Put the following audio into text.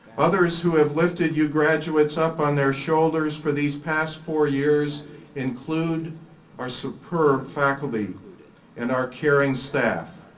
others who have lifted you graduates up on their shoulders for these past four years include our superb faculty and our caring staff.